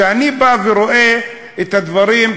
כשאני בא ורואה את הדברים,